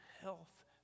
health